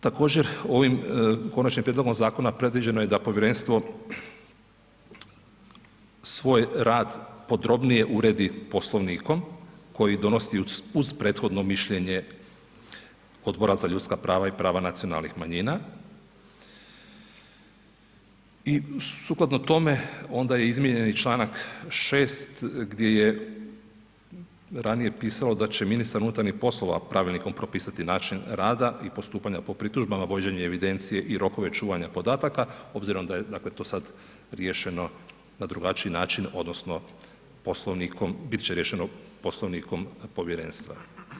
Također ovim Konačnim prijedlogom zakona predviđeno je da povjerenstvo svoj rad podrobnije uredi poslovnikom koji donosi uz prethodno mišljenje Odbora za ljudska prava i prava nacionalnih manjina i sukladno tome onda je i izmijenjen i čl. 6. gdje je ranije pisalo da će ministar unutarnjih poslova pravilnikom propisati način rada i postupanja po pritužbama vođenje evidencije i rokove čuvanja podataka, obzirom da je to sad riješeno na drugačiji način odnosno poslovnikom, bit će riješeno Poslovnikom povjerenstva.